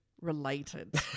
related